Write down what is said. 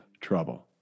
trouble